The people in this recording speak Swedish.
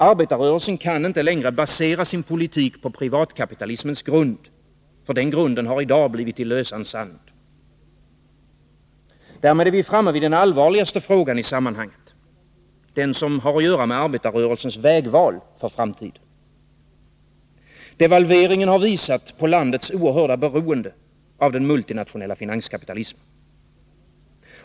Arbetarrörelsen kan inte längre basera sin politik på privatkapitalismens grund. Den grunden har i dag blivit till lösan sand. Därmed är vi framme vid den allvarligaste frågan i sammanhanget, den som rör arbetarrörelsens vägval för framtiden. Devalveringen har visat på landets oerhörda beroende av den multinatio nella finanskapitalismen.